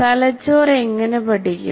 തലച്ചോർ എങ്ങനെ പഠിക്കും